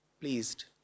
pleased